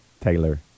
Taylor